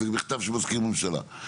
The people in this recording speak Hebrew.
זה מכתב של מזכיר הממשלה.